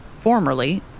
formerly